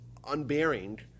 unbearing